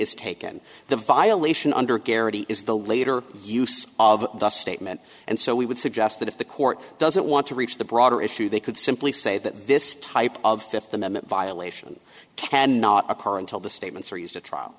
is taken the violation under garrity is the later use of the statement and so we would suggest that if the court doesn't want to reach the broader issue they could simply say that this type of fifth amendment violation cannot occur until the statements are used to trial